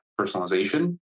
personalization